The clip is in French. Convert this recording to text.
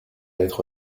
être